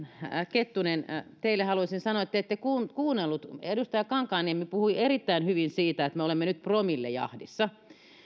kettunen teille haluaisin sanoa että te ette kuunnellut edustaja kankaanniemi puhui erittäin hyvin siitä että me olemme nyt promillejahdissa